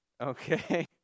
Okay